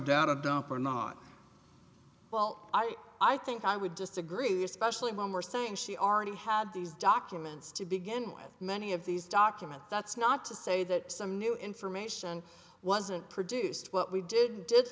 data dump or not well i i think i would just agree the especially when we're saying she already had these documents to begin with many of these documents that's not to say that some new information wasn't produced what we did did